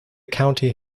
county